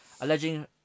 alleging